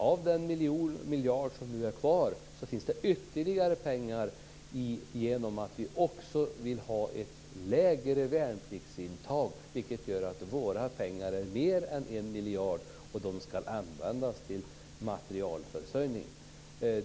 Förutom den miljard som är kvar finns det ytterligare pengar genom att vi också vill ha ett lägre värnpliktsintag. Det gör att våra pengar är mer än 1 miljard. Och de skall användas till materielförsörjning.